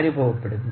അനുഭവപ്പെടുന്നു